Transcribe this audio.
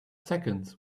seconds